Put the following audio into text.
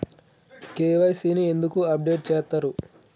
KYC ని ఎందుకు update చేత్తరు?